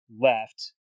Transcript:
left